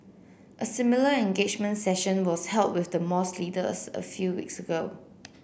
a similar engagement session was held with the mosque leader as a few weeks ago